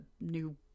new